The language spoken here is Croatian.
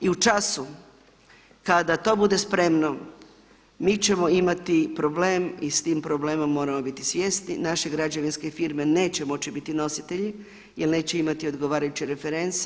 I u času kada to bude spremno mi ćemo imati problem i s tim problemom moramo biti svjesni naše građevinske firme neće moći biti nositelji jer neće imati odgovarajuće reference.